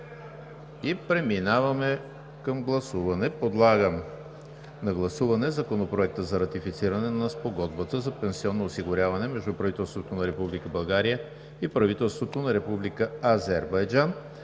изказвания? Не виждам. Подлагам на гласуване Законопроекта за ратифициране на Спогодбата за пенсионно осигуряване между правителството на Република България и правителството на Република Азербайджан,